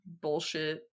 bullshit